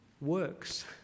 works